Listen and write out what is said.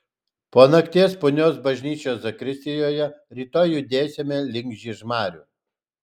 po nakties punios bažnyčios zakristijoje rytoj judėsime link žiežmarių